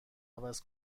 عوض